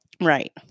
Right